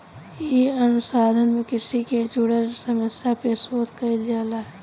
इ अनुसंधान में कृषि से जुड़ल समस्या पे शोध कईल जाला